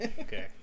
Okay